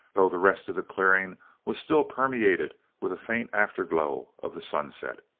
though the rest of the clearing was still permeated with a faint afterglow of the sunset.